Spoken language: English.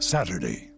Saturday